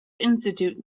institute